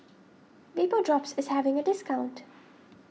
Vapodrops is having a discount